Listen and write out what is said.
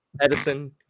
Edison